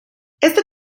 este